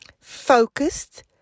focused